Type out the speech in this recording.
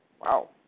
Wow